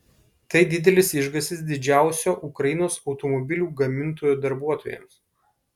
tai didelis išgąstis didžiausio ukrainos automobilių gamintojo darbuotojams